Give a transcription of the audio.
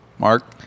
Mark